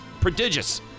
Prodigious